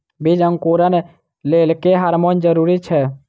बीज अंकुरण लेल केँ हार्मोन जरूरी छै?